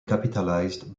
capitalized